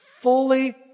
fully